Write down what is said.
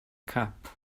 cup